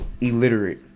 illiterate